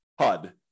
HUD